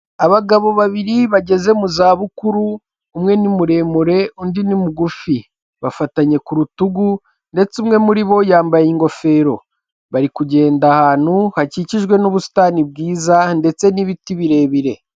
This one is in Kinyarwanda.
Abagabo babiri bageze mu zabukuru umwe ni muremure undi ni mugufi, bafatanye ku rutugu ndetse umwe muri bo yambaye ingofero, bari kugenda ahantu hakikijwe n'ubusitani bwiza ndetse n'ibiti birebire.